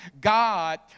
God